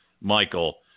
Michael